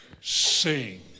sing